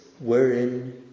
wherein